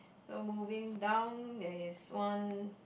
so moving down there is one